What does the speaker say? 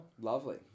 Lovely